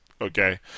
Okay